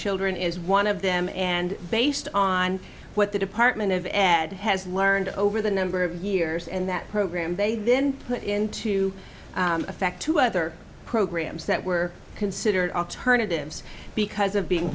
children is one of them and based on what the department of ed has learned over the number of years and that program they then put into effect two other programs that were considered alternatives because of being